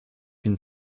une